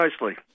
nicely